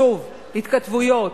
שוב, התכתבויות,